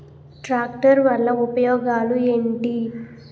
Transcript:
Tractor వల్ల ఉపయోగాలు ఏంటీ?